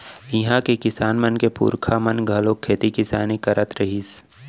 इहां के किसान मन के पूरखा मन घलोक खेती किसानी करत रिहिस